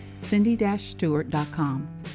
cindy-stewart.com